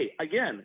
again